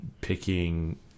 picking